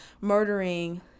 murdering